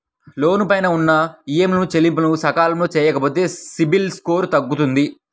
లోను పైన ఉన్న ఈఎంఐల చెల్లింపులను సకాలంలో చెయ్యకపోతే సిబిల్ స్కోరు తగ్గుతుంది